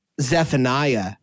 Zephaniah